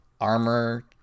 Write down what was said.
armor